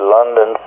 London